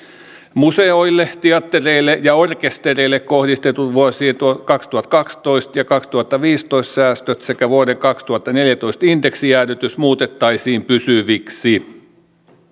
museoille teattereille ja orkestereille kohdistetut vuosien kaksituhattakaksitoista ja kaksituhattaviisitoista säästöt sekä vuoden kaksituhattaneljätoista indeksijäädytys muutettaisiin pysyviksi